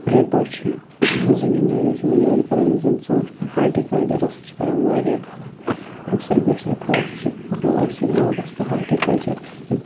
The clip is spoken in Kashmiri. اِتھَے پٲٹھۍ چھِ زٔمیٖندٲری چھِ وٕنۍ أڑۍ کَران یِم زَن ژوٗنٛٹھۍ کار ہاٹی کَلچَرَس سۭتۍ چھِ کَران واریاہ خلق اَکثر بیشر خلق چھِ شُپینَس منٛز أتھۍ سۭتۍ وابستہٕ ہاٹی کَلچَرَس سۭتۍ